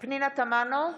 פנינה תמנו,